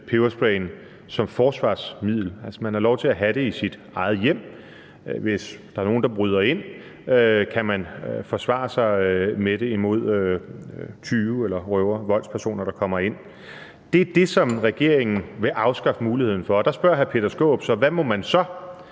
peberspray som forsvarsmiddel, altså at man har lov til at have den i sit eget hjem. Hvis der er nogle, der bryder ind, kan man forsvare sig med den – altså imod tyve eller røvere, voldspersoner, der kommer ind. Det er det, som regeringen vil afskaffe muligheden for. Der spørger hr. Peter Skaarup: Hvad må man så?